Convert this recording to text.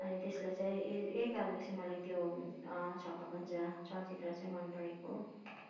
अनि त्यसलाई चाहिँ यही यही कारणले चाहिँ मलाई त्यो छक्का पञ्जा चलचित्र चाहिँ मन परेको हो